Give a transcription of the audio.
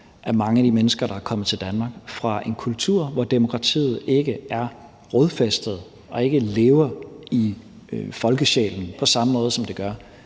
af mange af de mennesker, der er kommet til Danmark fra en kultur, hvor demokratiet ikke er rodfæstet og ikke lever i folkesjælen på samme måde, som det gør